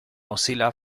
mozilla